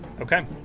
Okay